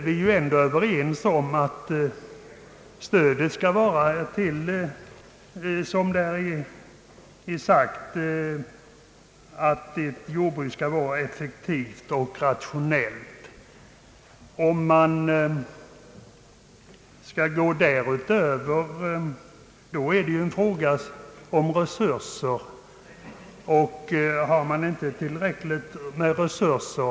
Vi är ju ändå överens om att stödet skall utgå till effektiva och rationella jordbruk. Det är en fråga om resurser om man skall sträcka sig längre.